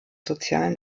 sozialen